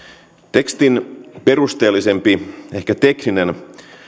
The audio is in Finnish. tekstin perusteellisempi ehkä tekninen